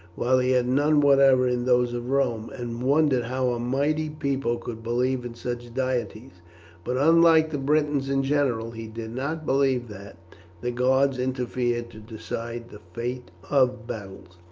while he had none whatever in those of rome, and wondered how a mighty people could believe in such deities but, unlike the britons in general, he did not believe that the gods interfered to decide the fate of battles.